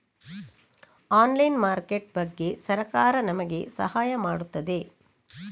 Online market ಬಗ್ಗೆ ಸರಕಾರ ನಮಗೆ ಸಹಾಯ ಮಾಡುತ್ತದೆ?